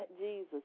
Jesus